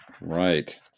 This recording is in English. Right